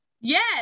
yes